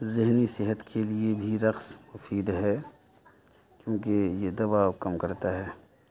ذہنی صحت کے لیے بھی رقص مفید ہے کیونکہ یہ دباؤ کم کرتا ہے